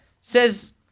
says